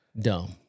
Dumb